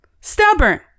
Stubborn